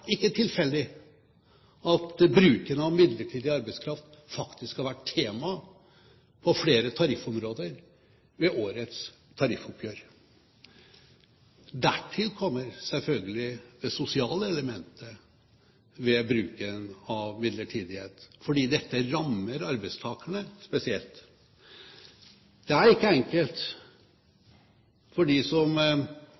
ikke tilfeldig at bruken av midlertidig arbeidskraft har vært tema på flere tariffområder ved årets tariffoppgjør. Dertil kommer selvfølgelig det sosiale elementet ved bruken av midlertidighet, fordi dette rammer arbeidstakerne spesielt. Det er ikke enkelt